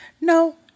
No